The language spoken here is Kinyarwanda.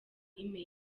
email